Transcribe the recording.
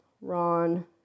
Ron